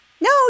No